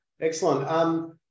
Excellent